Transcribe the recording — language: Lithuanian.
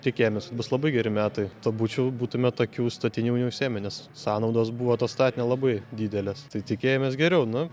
tikėjomės kad bus labai geri metai to būčiau būtume tokių statinių neužsiėmę nes sąnaudos buvo to statinio labai didelės tai tikėjomės geriau nu